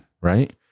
Right